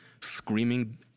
screaming